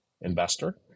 investor